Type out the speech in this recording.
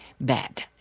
bad